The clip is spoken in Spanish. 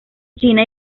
china